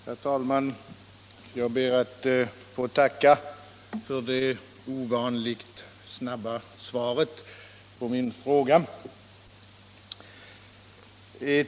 Herr talman! Jag ber att få tacka för det ovanligt snabba svaret på min fråga.